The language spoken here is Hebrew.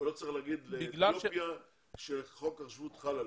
ולא צריך להגיד לאתיופים שחוק השבות חל עליהם.